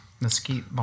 Mesquite